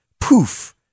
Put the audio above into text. poof